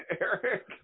Eric